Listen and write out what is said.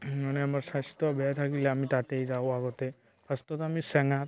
মানে অমাৰ স্বাস্থ্য বেয়া থাকিলে আমি তাতে যাওঁ আগতে ফাৰ্ষ্টত আমি চেঙা